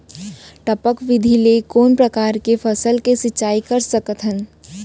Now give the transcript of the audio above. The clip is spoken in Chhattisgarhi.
टपक विधि ले कोन परकार के फसल के सिंचाई कर सकत हन?